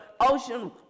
ocean